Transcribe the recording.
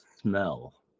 smell